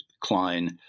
Klein